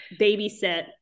babysit